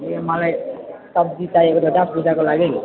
ए मलाई सब्जी चाहिएको छ त पूजाको लागि